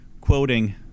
quoting